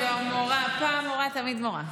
פעם מורה, תמיד מורה.